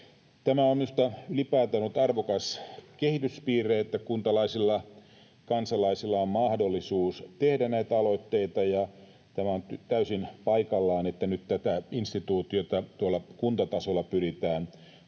minusta ylipäätään ollut arvokas kehityspiirre, että kuntalaisilla, kansalaisilla on mahdollisuus tehdä näitä aloitteita, ja tämä on täysin paikallaan, että nyt tätä instituutiota tuolla kuntatasolla pyritään